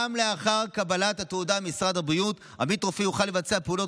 גם לאחר קבלת התעודה ממשרד הבריאות עמית רופא יוכל לבצע פעולות